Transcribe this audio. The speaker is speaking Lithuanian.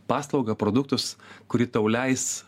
paslaugą produktus kuri tau leis